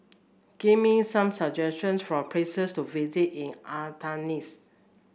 give me some suggestions for places to visit in Athens